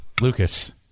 Lucas